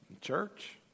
church